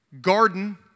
garden